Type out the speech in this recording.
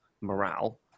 morale